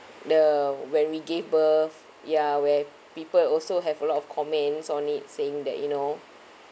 the when we give birth ya where people also have a lot of comments on it saying that you know